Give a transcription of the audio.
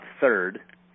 third